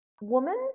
woman